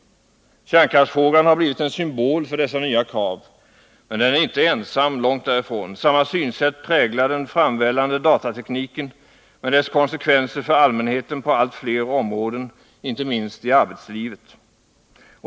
Kärnkraftsfrågan har blivit en symbol för dessa nya krav, men den är inte ensam — långt därifrån. Samma synsätt präglar den framvällande datatekniken med dess konsekvenser för allmänheten på allt fler områden, inte minst i arbetslivet.